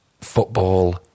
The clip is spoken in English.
football